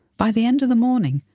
by the end of the morning,